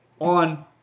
on